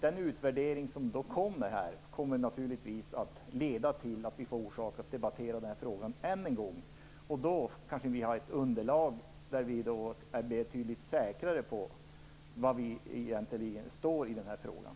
Den utvärdering som skall göras kommer naturligtvis att ge oss anledning att debattera den här frågan än en gång. Vi kommer då kanske att ha ett betydligt säkrare underlag för var vi egentligen står i den här frågan.